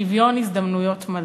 שוויון הזדמנויות מלא,